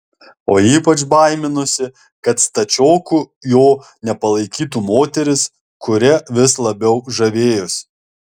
o ypač baiminosi kad stačioku jo nepalaikytų moteris kuria vis labiau žavėjosi